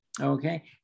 okay